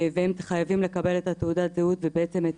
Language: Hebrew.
והם חייבים לקבל את תעודת הזהות ובעצם את